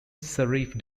serif